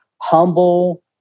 humble